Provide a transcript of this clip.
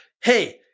Hey